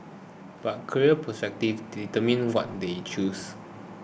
but career prospects determined what they chose